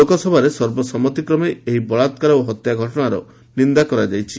ଲୋକସଭାରେ ସର୍ବସମ୍ମତି କ୍ରମେ ଏହି ବଳାକାର ଓ ହତ୍ୟା ଘଟଣାର ନିନ୍ଦା କରାଯାଇଛି